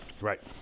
Right